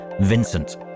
Vincent